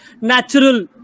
natural